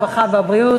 הרווחה והבריאות,